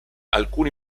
alcuni